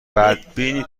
بدبینی